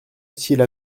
utile